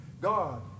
God